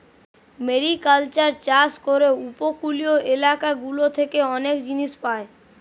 mariculture চাষ করে উপকূলীয় এলাকা গুলা থেকে অনেক জিনিস পায়